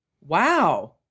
Wow